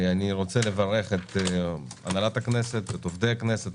אני רוצה לברך את הנהלת הכנסת, את עובדי הכנסת.